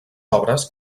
obres